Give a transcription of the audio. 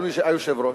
אדוני היושב-ראש,